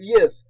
Yes